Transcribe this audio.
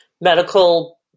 medical